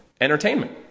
entertainment